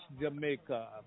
Jamaica